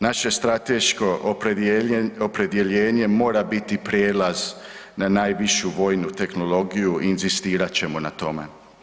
Naše strateško opredjeljenje mora biti prijelaz na najvišu vojnu tehnologiju i inzistirat ćemo na tome.